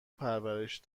پرورش